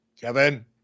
kevin